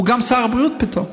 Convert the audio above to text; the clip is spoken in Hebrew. הוא גם שר הבריאות פתאום.